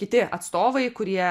kiti atstovai kurie